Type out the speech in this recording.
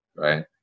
right